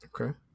Okay